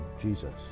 Jesus